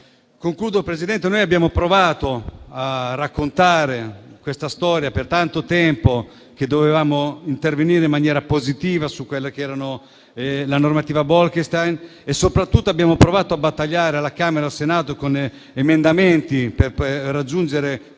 Concludo, Presidente: abbiamo provato a raccontare questa storia per tanto tempo e a dire che dovevamo intervenire in maniera positiva sulla normativa Bolkestein. E, soprattutto, abbiamo provato a battagliare alla Camera e al Senato con emendamenti, presentati